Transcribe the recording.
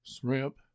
shrimp